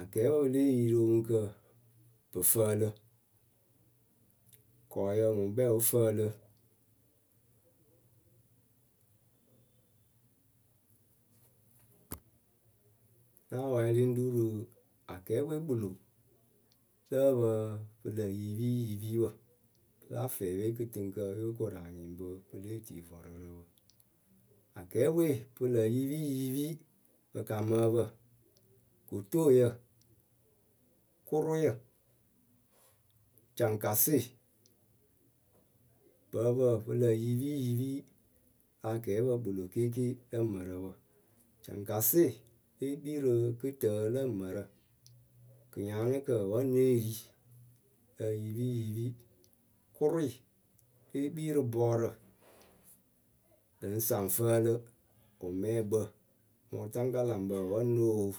Akɛɛpǝ pɨ lée yi rɨ oŋuŋkǝ pɨ fǝǝlɨ. kɔɔyǝ ŋwʊ ŋkpɛ oo fǝǝlɨ Náa wɛɛlɩ ŋ́ ru rɨ akɛɛpǝ we kpɨlo lǝ ǝpǝ pɨ lǝ yiipiiyipi wǝ la fɛɛ we kɨtɨŋkǝ yóo kora nyɩŋ bɨ pɨ lée tii vɔrʊrǝ wǝ Akɛɛpǝ we pɨ lǝ yiipiyiipi pɨ kamɨ ǝpǝ: kotooyǝ, kʊrʊyǝ, caŋkasɩ, ŋpɨ ǝpǝ pɨ lǝ yiipiyiipi rɨ akɛɛpǝ kpɨlo kɩɩkɩ lǝ mǝrǝ wǝ. Caŋkasɩɩ lée kpii rɨ kɨtǝǝ lǝ mǝrǝ, kɨnyaanɨkǝ wǝ́ ŋ née ri. lǝ yiipiyiipi. Kʊrʊɩ lée kpii rɨ bɔɔrǝ Lɨŋ saŋ ŋ fǝǝlɨ, wʊmɛɛkpǝ mɨ wʊtaŋkalaŋkpǝ wǝ́ ŋ nóo wo.